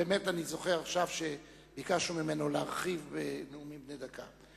באמת אני זוכר עכשיו שביקשנו ממנו להרחיב בנאומים בני דקה.